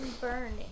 Burning